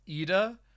Ida